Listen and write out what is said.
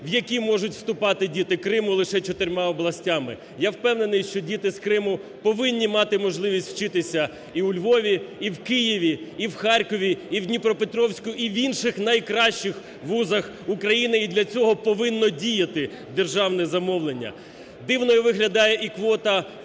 у які можуть вступати діти Криму, лише чотирма областями. Я впевнений, що діти з Криму повинні мати можливість вчитися і у Львові, і в Києві, і в Харкові, і в Дніпропетровську, і в інших найкращих вузах України і для цього повинно діяти державне замовлення. Дивною виглядає і квота в